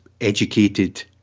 educated